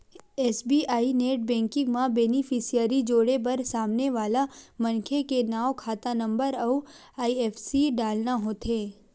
SBI net banking म beneficiary जोड़े बर सामने वाला मनखे के नांव, खाता नंबर अउ आई.एफ.एस.सी डालना होथे